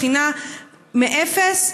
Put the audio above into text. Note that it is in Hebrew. בחינה מאפס,